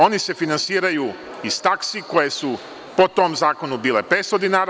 Oni se finansiraju iz taksi koje su po tom zakonu bile 500 dinara.